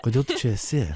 kodėl tu čia esi